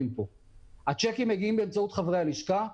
פה כי השיקים מגיעים באמצעות חברי הלשכה.